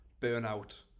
burnout